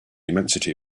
immensity